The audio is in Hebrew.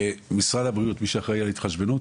משרד הבריאות, מי שאחראי על התחשבנות,